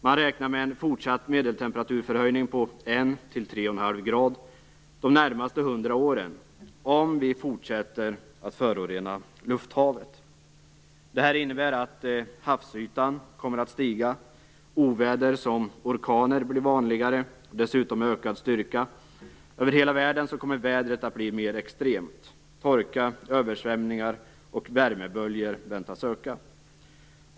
Man räknar med en fortsatt medeltemperaturförhöjning på en till tre och en halv grad de närmaste hundra åren, om vi fortsätter att förorena lufthavet. Det innebär att havsytan kommer att stiga. Oväder som orkaner blir vanligare och har dessutom en ökad styrka. Över hela världen kommer vädret att bli mer extremt. Torka, översvämningar och värmeböljor väntas öka.